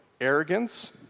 arrogance